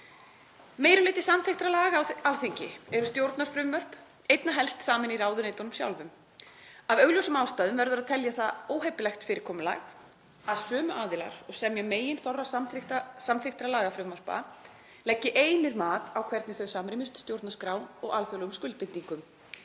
Meiri hluti samþykktra laga á Alþingi eru stjórnarfrumvörp, einna helst samin í ráðuneytunum sjálfum. Af augljósum ástæðum verður að telja það óheppilegt fyrirkomulag að sömu aðilar og semja meginþorra samþykktra lagafrumvarpa leggi einir mat á hvernig þau samrýmist stjórnarskrá og alþjóðlegum skuldbindingum